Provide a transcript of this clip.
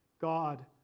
God